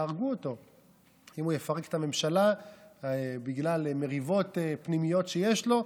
יהרגו אותו אם הוא יפרק את הממשלה בגלל מריבות פנימיות שיש לו.